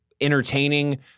entertaining